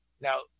Now